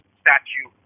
statue